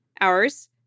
hours